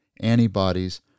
antibodies